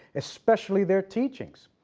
especially their teachings.